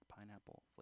pineapple